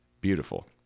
Beautiful